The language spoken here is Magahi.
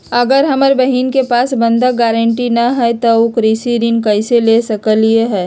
अगर हमर बहिन के पास बंधक गरान्टी न हई त उ कृषि ऋण कईसे ले सकलई ह?